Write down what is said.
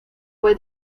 fue